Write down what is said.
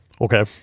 Okay